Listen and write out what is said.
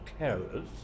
carers